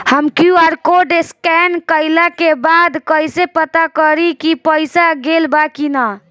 हम QR code scan कइला के बाद कइसे पता करि की पईसा गेल बा की न?